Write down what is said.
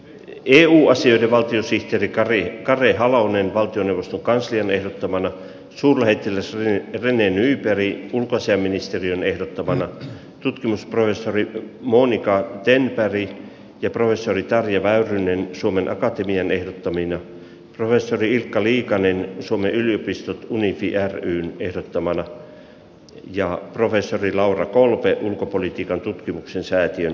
eu asioiden valtiosihteeri kare halonen valtioneuvoston kanslian ehdottamana suurlähettiläs rene nyberg ulkoasiainministeriön ehdottamana tutkimusprofessori monica tennberg ja professori tarja väyrynen suomen akatemian ehdottamina professori ilkka liikanen suomen yliopistot unifi ryn ehdottamana ja professori laura kolbe ulkopolitiikan tutkimuksen säätiön ehdottamana